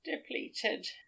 depleted